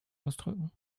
ausdrücken